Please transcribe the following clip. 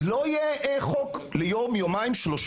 במצב כזה אפשר להשתמש